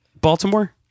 Baltimore